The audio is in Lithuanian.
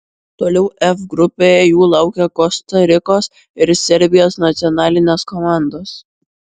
toliau f grupėje jų laukia kosta rikos ir serbijos nacionalinės komandos